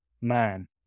man